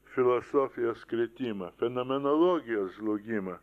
filosofijos kritimą fenomenologijos žlugimą